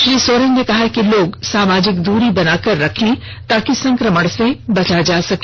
श्री सोरेन ने कहा है कि लोग सामाजिक दूरी बनाकर रखे ताकि संकमण से बचा जा सके